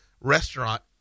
restaurant